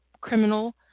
criminal